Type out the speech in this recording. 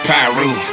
Pyro